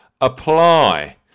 apply